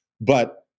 But-